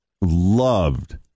loved